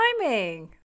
timing